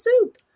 soup